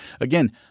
Again